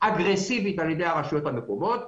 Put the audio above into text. אגרסיבית על ידי הרשויות המקומיות,